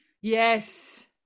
yes